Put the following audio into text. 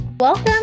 Welcome